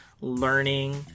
learning